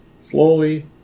slowly